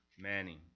Manning